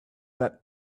that